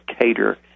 cater